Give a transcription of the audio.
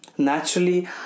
Naturally